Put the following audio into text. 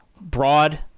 Broad